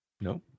No